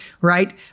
right